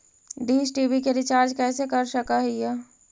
Dish TV के recharge कैसे कर सक हिय?